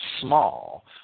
small